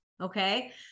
Okay